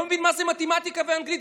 לא מבינים מה זה מתמטיקה ואנגלית,